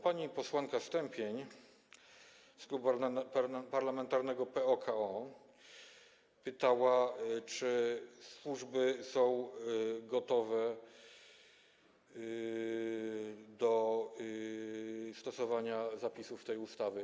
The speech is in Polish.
Pani posłanka Stępień z Klubu Parlamentarnego PO-KO pytała, czy służby są gotowe do stosowania zapisów tej ustawy.